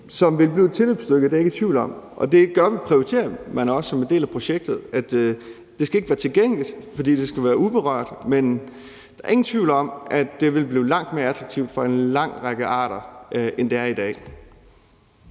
som vil blive et tilløbsstykke; det er jeg ikke i tvivl om. Det prioriterer man også som en del af projektet. Det skal ikke være tilgængeligt, for det skal være uberørt, men der er ingen tvivl om, at det vil blive langt mere attraktivt for en lang række arter, end det er i dag.